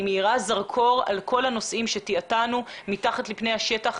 היא מאירה זרקור על כל הנושאים שטאטאנו מתחת לפני השטח